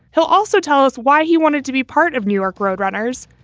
he'll also tell us why he wanted to be part of new york road runners.